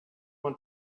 want